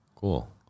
Cool